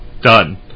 done